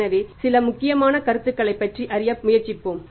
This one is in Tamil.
எனவே வேறு சில முக்கியமான கருத்துகளைப் பற்றி அறிய முயற்சிப்போம்